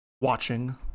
watching